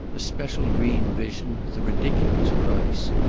the special-green vision, the ridiculous price,